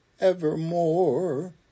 evermore